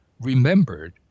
remembered